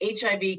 HIV